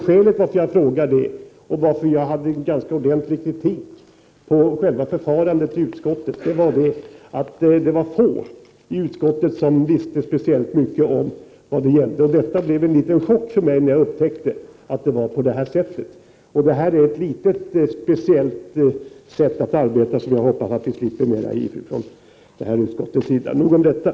Skälet till att jag frågar detta och till att jag riktade en ganska ordentlig kritik mot själva förfarandet i utskottet är att det var få i utskottet som visste speciellt mycket om vad saken gällde. Det blev något av en chock för mig att upptäcka att det var på det sättet. Det är ett rätt speciellt sätt att arbeta, som jag hoppas att vi slipper se mer av i detta utskott. — Nog om detta.